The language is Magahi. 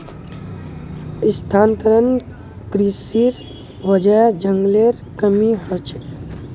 स्थानांतरण कृशिर वजह जंगलेर कमी ह छेक